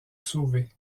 sauver